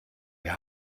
wir